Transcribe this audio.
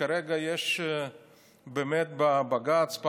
כרגע יש באמת בבג"ץ,